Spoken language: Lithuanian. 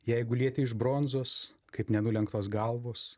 jeigu lieti iš bronzos kaip nenulenktos galvos